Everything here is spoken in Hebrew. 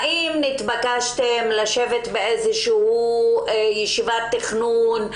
האם נתבקשתם לשבת באיזו ישיבת תכנון?